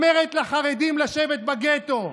אומרת לחרדים לשבת בגטו?